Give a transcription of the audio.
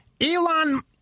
Elon